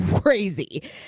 crazy